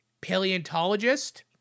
paleontologist